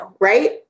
right